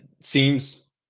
Seems